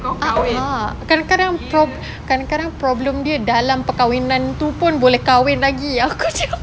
uh uh kadang-kadang kadang-kadang problem dia dalam perkahwinan boleh kahwin lagi aku macam